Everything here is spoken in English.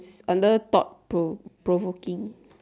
under thought pro~ provoking